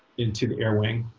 into the air wing,